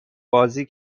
بازی